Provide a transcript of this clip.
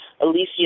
Alicia